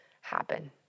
happen